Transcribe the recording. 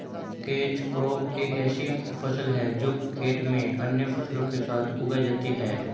catch crop एक ऐसी फसल है जो खेत में अन्य फसलों के साथ उगाई जाती है